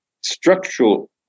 structural